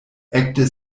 ekde